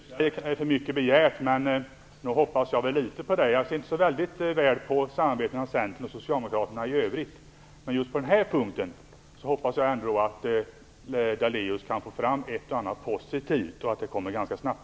Herr talman! Det kanske är för mycket begärt, men nog hoppas jag väl ändå litet på Lennart Daléus. Jag ser inte särskilt gärna samarbetet mellan Centern och Socialdemokraterna i övrigt. Men just på den här punkten hoppas jag att Lennart Daléus kan få fram ett och annat som är positivt och att det kommer ganska snabbt.